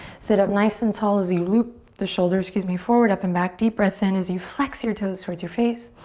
sit up nice and tall as you loop the shoulders, excuse me, forward, up and back. deep breath in as you flex your toes with your face.